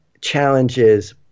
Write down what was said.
challenges